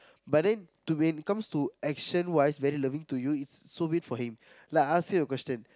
but then when it comes to action wise very loving to you it's so weird for him like I ask you a question